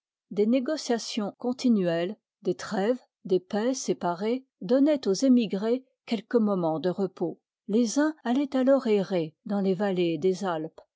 des négociations continuelles des trêves des paix se'parées donnoient aux émigrés quelques momens de repos les uns alloient alors errer dans les vallées des alpes